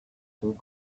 itu